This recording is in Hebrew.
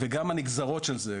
וגם הנגזרות של זה.